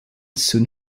soon